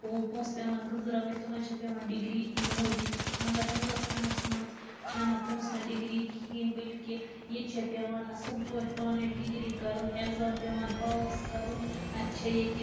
پونٛسہٕ پٮ۪وان گَنٛزٕراوٕنۍ تِمَن چھےٚ پٮ۪وان ڈگری ہیٚنٕۍ مٔلۍ مگر ہِنٛدوستانَس منٛز چھِنہٕ پونٛسَن ڈگری کِہیٖنۍ بلکہ ییٚتہِ چھےٚ پٮ۪وان اصٕل پٲٹھۍ پانَے ڈگری کَرُن ایٚگزام پٮ۪وان پاس کَرُن اَدٕ چھےٚ ییٚتہِ